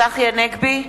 צחי הנגבי,